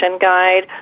Guide